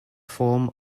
form